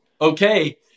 Okay